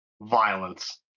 Violence